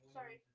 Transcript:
Sorry